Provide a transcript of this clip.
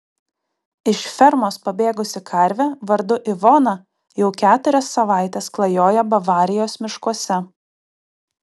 iš fermos pabėgusi karvė vardu ivona jau keturias savaites klajoja bavarijos miškuose